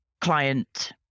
client